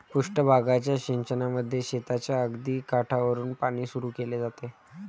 पृष्ठ भागाच्या सिंचनामध्ये शेताच्या अगदी काठावरुन पाणी सुरू केले जाते